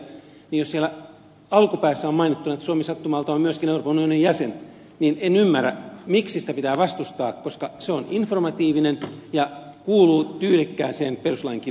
jos siellä alkupäässä on mainittu että suomi sattumalta on myöskin euroopan unionin jäsen niin en ymmärrä miksi sitä pitää vastustaa koska se on informatiivinen ja kuuluu tyylikkääseen perustuslain kirjoittamistapaan